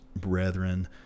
brethren